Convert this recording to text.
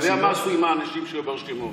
אתה יודע מה עשו עם אנשים שהיו ברשימות,